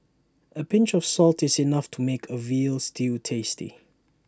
A pinch of salt is enough to make A Veal Stew tasty